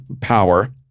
power